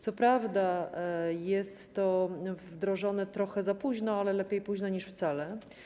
Co prawda, jest to wdrożone trochę za późno, ale lepiej późno niż wcale.